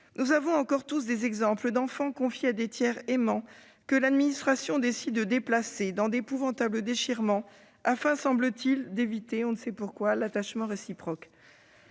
Nous connaissons encore tous des exemples d'enfants confiés à des tiers aimants, que l'administration décide de déplacer, dans d'épouvantables déchirements, afin, semble-t-il, d'éviter- on ne sait pourquoi ! -un attachement réciproque.